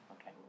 Okay